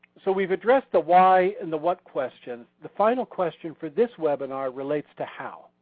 so we've addressed the why and the what questions. the final question for this webinar relates to how.